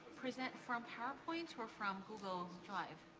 present from powerpoint or from google drive?